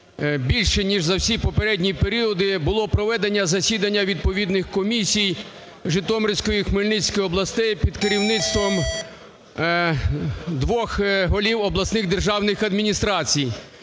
більше ніж за всі попередні періоди, було проведення засідання відповідних комісій Житомирської і Хмельницької областей під керівництвом двох голів обласних державних адміністрацій.